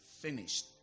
finished